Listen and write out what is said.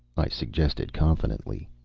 i suggested, confidently.